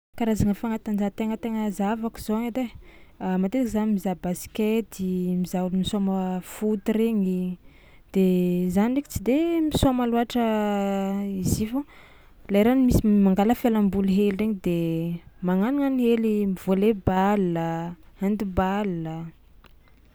Karazagna fanatanjahantegna tegna zahavako zao edy ai: matetika za mizaha baskety, mizaha olo misaoma foot regny de za ndraiky tsy de misaoma loatra izy i fô lerany misy mangala fialamboly hely regny de magnanognano hely volleyball, handball.